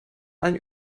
allen